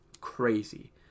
Crazy